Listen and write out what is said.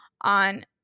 on